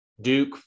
Duke